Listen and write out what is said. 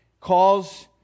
calls